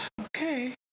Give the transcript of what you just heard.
Okay